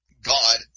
God